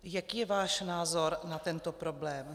Jaký je váš názor na tento problém?